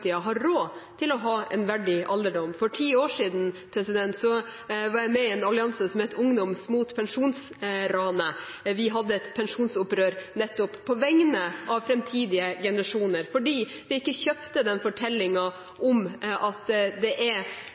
framtiden har råd til å ha en verdig alderdom. For ti år siden var jeg med i en allianse med ungdom mot pensjonsranet. Vi hadde et pensjonsopprør nettopp på vegne av framtidige generasjoner, for vi kjøpte ikke fortellingen om at det er